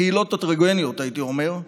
קהילות הטרוגניות, הייתי אומר,